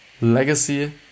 legacy